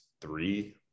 three